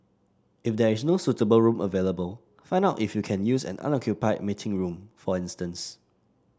if there is no suitable room available find out if you can use an unoccupied meeting room for instance